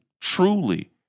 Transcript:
truly